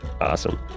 Awesome